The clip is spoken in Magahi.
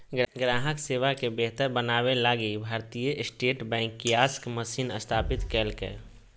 ग्राहक सेवा के बेहतर बनाबे लगी Bharatiya state bank kiosk machine स्थापित कइल्कैय